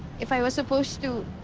if i was supposed to.